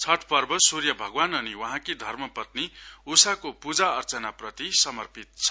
छठ पूजा सूर्य भगवान अनि वहाँकी धर्मपत्नी उषाको पूजा अर्चनाप्रति समापिर्त छ